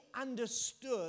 understood